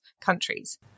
countries